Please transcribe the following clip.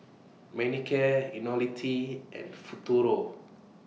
Manicare Ionil T and Futuro